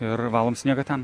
ir valom sniegą ten